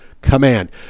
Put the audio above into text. command